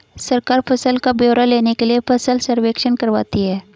सरकार फसल का ब्यौरा लेने के लिए फसल सर्वेक्षण करवाती है